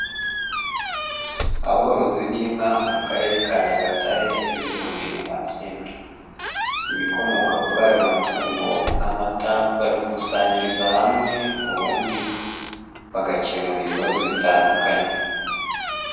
Aborozi b'inka mu Karere ka Nyagatare bibumbiye mu matsinda, ibikomoka kuri ayo matungo nk'amata, babikusanyiriza hamwe, ubundi bagakemura ibibazo bitandukanye.